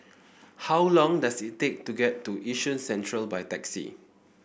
how long does it take to get to Yishun Central by taxi